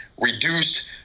reduced